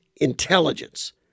intelligence